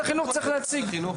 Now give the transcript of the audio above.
תוך 30 ימים משרד החינוך צריך להציג.